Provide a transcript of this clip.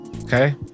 Okay